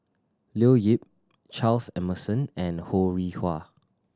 Leo Yip Charles Emmerson and Ho Rih Hwa